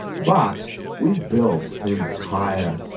but we've built an entire,